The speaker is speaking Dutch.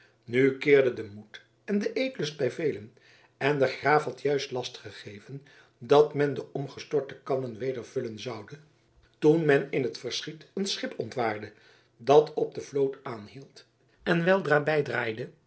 nu keerden de moed en de eetlust bij velen en de graaf had juist last gegeven dat men de omgestorte kannen weder vullen zoude toen men in t verschiet een schip ontwaarde dat op de vloot aanhield en weldra bijdraaide